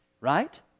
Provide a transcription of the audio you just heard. Right